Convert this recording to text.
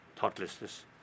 thoughtlessness